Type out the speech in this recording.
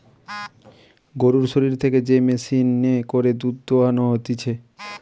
গরুর শরীর থেকে যে মেশিনে করে দুধ দোহানো হতিছে